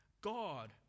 God